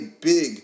big